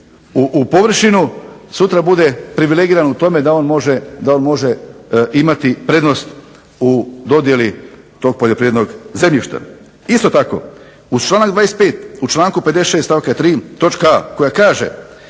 u površinu sutra bude privilegiran u tome da on može imati prednost u dodjeli tog poljoprivrednog zemljišta. Isto tako, uz članak 25. u članku 56. stavku 3. točka